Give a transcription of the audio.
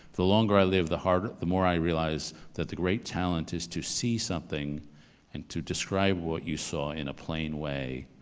the longer i live, the harder, the more i realize that the great talent is to see something and to describe what you saw in a plain way.